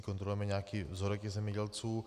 Kontrolujeme nějaký vzorek u zemědělců.